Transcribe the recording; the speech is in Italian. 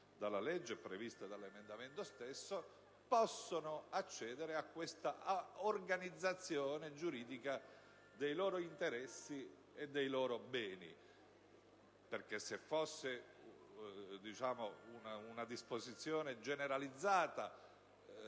dalla legge - e dall'emendamento stesso - possono accedere a questa organizzazione giuridica dei loro interessi e dei loro beni. Perché se fosse una disposizione generalizzata,